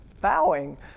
Bowing